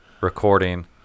recording